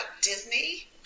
Disney